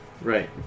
Right